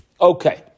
Okay